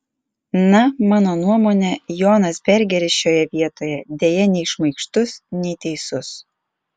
na mano nuomone jonas bergeris šioje vietoje deja nei šmaikštus nei teisus